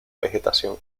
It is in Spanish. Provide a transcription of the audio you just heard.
vegetación